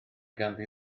ganddi